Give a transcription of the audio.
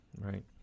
Right